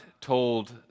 told